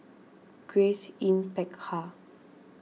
Grace Yin Peck Ha